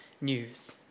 news